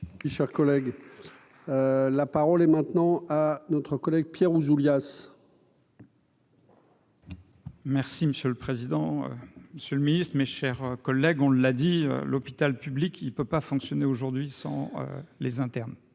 Cher collègue, la parole est maintenant à notre collègue Pierre Ouzoulias. Merci monsieur le président, monsieur le Ministre, mes chers collègues, on l'a dit, l'hôpital public, il peut pas fonctionner aujourd'hui sans les internes,